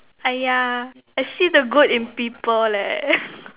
ah ya I see the good in people leh